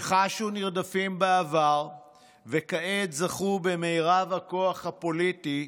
שחשו נרדפים בעבר וכעת זכו במרב הכוח הפוליטי,